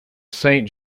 saint